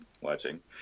watching